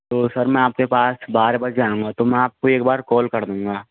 तो सर मैं आपके पास बारह आऊँगा तो मैं आपको एक बार कॉल कर दूँगा